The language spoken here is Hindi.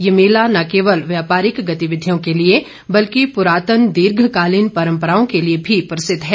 ये मेला न केवल व्यापारिक गतिविधियों के लिए बल्कि प्ररात्न दीर्घकालीन परम्पराओं के लिए भी प्रसिद्ध है